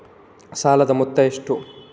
ಸಾಲದ ಮೊತ್ತ ಎಷ್ಟು?